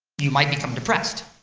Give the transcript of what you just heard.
you might become depressed.